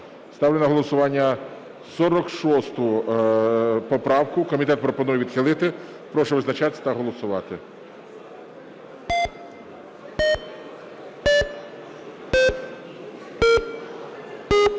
Ставлю на голосування 53 поправку. Комітет пропонує відхилити. Прошу визначатися та голосувати.